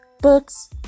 books